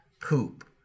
poop